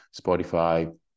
Spotify